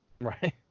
Right